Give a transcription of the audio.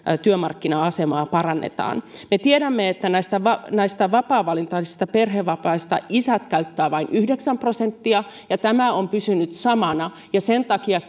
työmarkkina asemaa parannetaan me tiedämme että näistä näistä vapaavalintaisista perhevapaista isät käyttävät vain yhdeksän prosenttia ja tämä on pysynyt samana sen takia